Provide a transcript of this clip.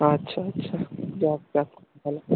আচ্ছা আচ্ছা তাহলে